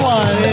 one